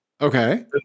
Okay